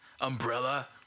Umbrella